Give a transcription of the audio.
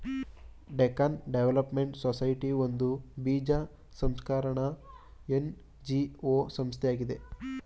Deccan development society ಒಂದು ಬೀಜ ಸಂಸ್ಕರಣ ಎನ್.ಜಿ.ಒ ಸಂಸ್ಥೆಯಾಗಿದೆ